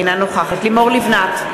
אינה נוכחת לימור לבנת,